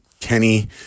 Kenny